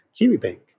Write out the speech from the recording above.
KiwiBank